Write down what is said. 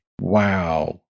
Wow